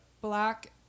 black